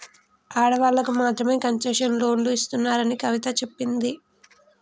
ఆడవాళ్ళకు మాత్రమే కన్సెషనల్ లోన్లు ఇస్తున్నారని కవిత చెప్పింది